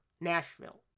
Nashville